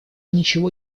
ничего